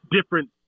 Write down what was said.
different